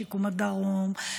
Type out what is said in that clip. בשיקום הדרום,